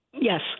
Yes